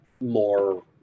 more